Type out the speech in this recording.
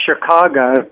Chicago